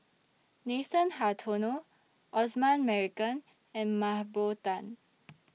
Nathan Hartono Osman Merican and Mah Bow Tan